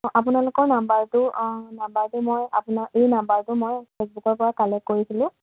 আপোনালোকৰ নাম্বাৰটো নাম্বাৰটো মই আপোনাৰ এই নাম্বাৰটো মই ফেচবুকৰ পৰা কালেক্ট কৰিছিলোঁ